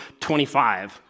25